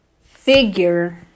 figure